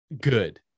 good